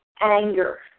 anger